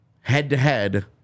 Head-to-head